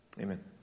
Amen